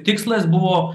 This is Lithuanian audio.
tikslas buvo